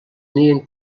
nien